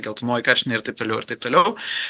geltonoji karštinė ir taip toliau ir taip toliau